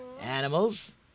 Animals